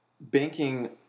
banking